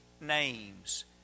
names